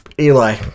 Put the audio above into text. Eli